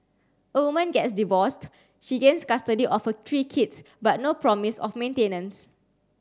a woman gets divorced she gains custody of her three kids but no promise of maintenance